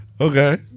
Okay